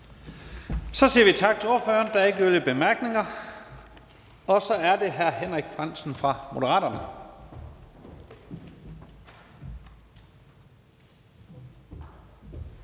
Så siger vi tak til ordføreren. Der er ikke yderligere korte bemærkninger. Så er det hr. Henrik Frandsen fra Moderaterne.